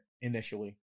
initially